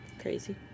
crazy